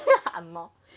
!hannor!